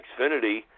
Xfinity